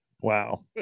Wow